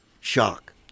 shock